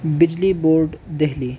بجلی بورڈ دہلی